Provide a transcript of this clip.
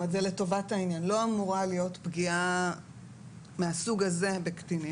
לא אמורה להיות פגיעה מהסוג הזה בקטינים.